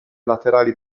laterali